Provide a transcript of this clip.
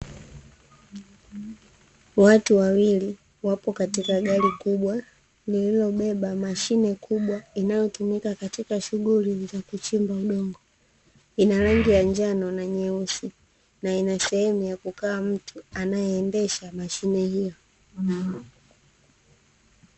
Watu wawili wapo katika gari kubwa, lililobeba mashine kubwa inayotumika katika shughuli za kuchimba udongo, ina rangi ya njano na nyeusi, na ina sehemu ya kukaa mtu anayeendesha mashine hiyo.